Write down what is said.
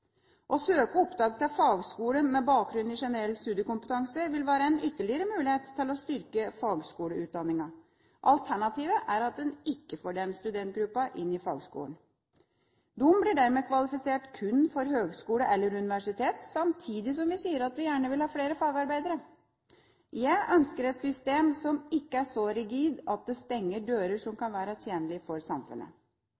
Å søke opptak til fagskole med bakgrunn i generell studiekompetanse vil være en ytterligere mulighet til å styrke fagskoleutdanningen. Alternativet er at en ikke får denne studentgruppen inn i fagskolene. De blir dermed kvalifisert kun for høgskole eller universitet, samtidig som vi sier at vi gjerne vil ha flere fagarbeidere. Jeg ønsker et system som ikke er så rigid at det stenger dører som